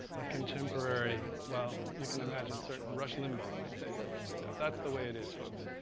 a contemporary, well you can imagine certain, rush limbaugh might say something like that, that's the way it is folks.